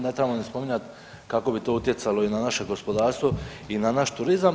Ne trebamo ni spominjati kako bi to utjecalo i na naše gospodarstvo i na naš turizam.